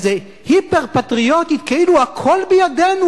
איזה היפר-פטריוטית כאילו הכול בידינו,